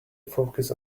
focus